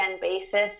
basis